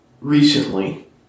recently